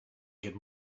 get